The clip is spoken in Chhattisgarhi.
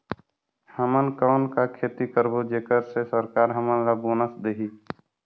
हमन कौन का खेती करबो जेकर से सरकार हमन ला बोनस देही?